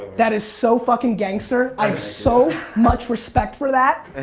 that is so fucking gangster. i have so much respect for that